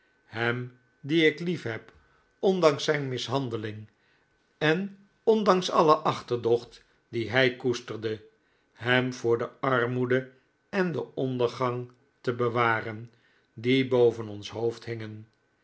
hem dien ik lief heb ondanks zijn mishandeling en ondanks alle achterdocht die hij koesterde hem voor de armoede en den ondergang te bewaren die boven ons hoofd hingen